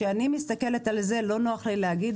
כשאני מסתכלת על זה לא נוח לי להגיד,